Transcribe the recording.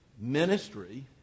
Ministry